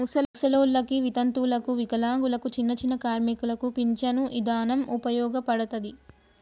ముసలోల్లకి, వితంతువులకు, వికలాంగులకు, చిన్నచిన్న కార్మికులకు పించను ఇదానం ఉపయోగపడతది